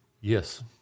Yes